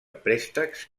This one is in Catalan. préstecs